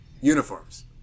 uniforms